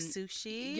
Sushi